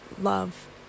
love